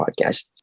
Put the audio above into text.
podcast